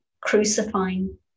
crucifying